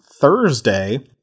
thursday